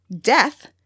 death